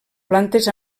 plantes